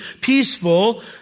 peaceful